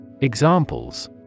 Examples